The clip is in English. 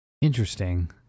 interesting